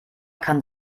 kann